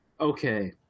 okay